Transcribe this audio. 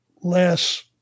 less